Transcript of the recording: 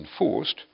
enforced